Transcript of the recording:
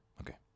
Okay